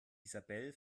isabel